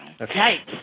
Okay